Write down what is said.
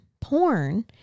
porn